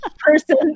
Person